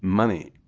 money